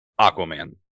Aquaman